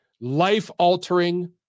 life-altering